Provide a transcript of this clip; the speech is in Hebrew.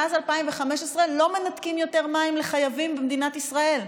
מאז 2015 לא מנתקים יותר מים לחייבים במדינת ישראל.